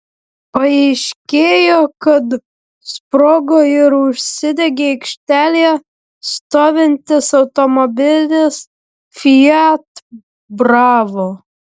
paaiškėjo kad sprogo ir užsidegė aikštelėje stovintis automobilis fiat bravo